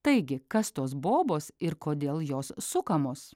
taigi kas tos bobos ir kodėl jos sukamos